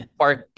park